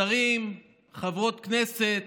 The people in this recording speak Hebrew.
שרים, חברות כנסת